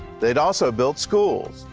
they had also built schools,